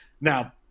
Now